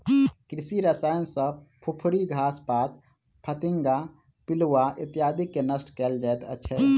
कृषि रसायन सॅ फुफरी, घास पात, फतिंगा, पिलुआ इत्यादिके नष्ट कयल जाइत छै